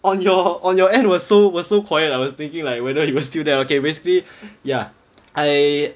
on your on your end was so was so quiet I was thinking like whether you were still there okay basically ya I